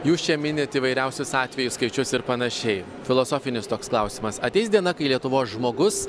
jūs čia minit įvairiausius atvejus skaičius ir panašiai filosofinis toks klausimas ateis diena kai lietuvos žmogus